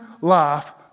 life